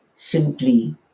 simply